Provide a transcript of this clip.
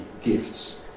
gifts